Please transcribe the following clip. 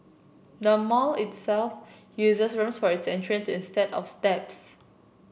the mall itself uses ramps for its entrances instead of steps